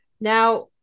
Now